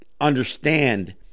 understand